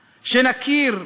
שנכיר,